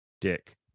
Dick